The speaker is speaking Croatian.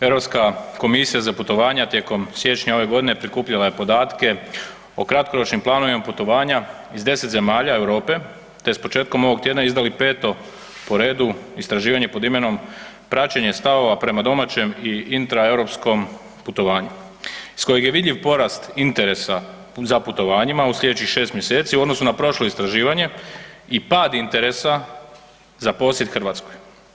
Europska komisija za putovanja tijekom siječnja ove godine prikupljala je podatke o kratkoročnim planovima putovanja iz 10 zemalja Europe te je s početkom ovog tjedna izdala 5. po redu istraživanje pod imenom Praćenje stavova prema domaćem i intraeuropskom putovanju s kojeg je vidljiv porast interesa za putovanjima u slijedećih 6 mj. u odnosu na prošlo istraživanje i pad interesa za posjet Hrvatskoj.